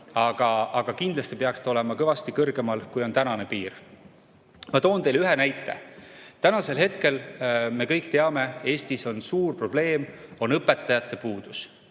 Aga kindlasti peaks ta olema kõvasti kõrgemal, kui on tänane piir. Ma toon teile ühe näite. Tänasel hetkel me kõik teame, Eestis on suur probleem õpetajate puudus.